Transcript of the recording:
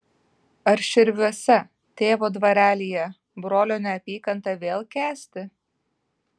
ar širviuose tėvo dvarelyje brolio neapykantą vėl kęsti